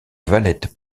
valette